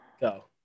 go